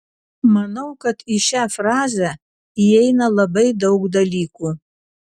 manau kad į šią frazę įeina labai daug dalykų